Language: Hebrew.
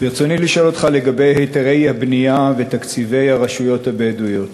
ברצוני לשאול אותך לגבי היתרי הבנייה ותקציבי הרשויות הבדואיות: